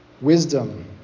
wisdom